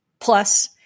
plus